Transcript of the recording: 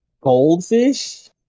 Goldfish